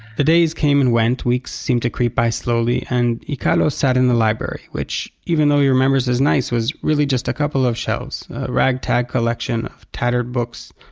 the days came and went, weeks seemed to creep by slowly. and yikealo sat in the library which, even though he remembers as nice, was really just a couple of shelves, a ragtag collection of tattered books,